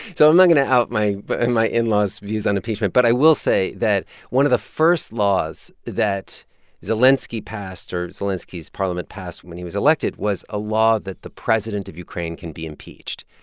so not going to out my but and my in-laws' views on impeachment. but i will say that one of the first laws that zelenskiy passed or zelenskiy's parliament passed when he was elected was a law that the president of ukraine can be impeached.